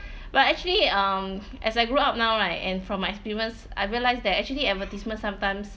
but actually um as I grew up now right and from my experience I realised that actually advertisement sometimes